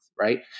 right